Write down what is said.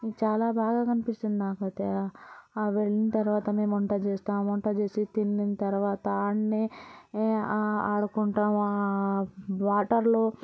చాలా బాగా అనిపిస్తుంది నాకైతే ఆడికి వెళ్ళిన తర్వాత వంట చేస్తాం వంట చేసి తినిని తర్వాత అక్కడ్నే ఆడుకుంటాం వాటర్లో